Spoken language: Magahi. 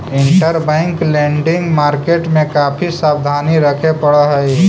इंटरबैंक लेंडिंग मार्केट में काफी सावधानी रखे पड़ऽ हई